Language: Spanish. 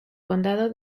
condado